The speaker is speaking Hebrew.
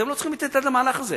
אתם לא צריכים לתת יד למהלך הזה.